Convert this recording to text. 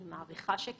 אני מעריכה שכן.